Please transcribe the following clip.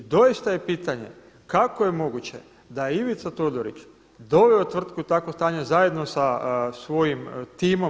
I doista je pitanje kako je moguće da je Ivica Todorić doveo tvrtku u takvo stanje zajedno sa svojim timom.